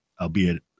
albeit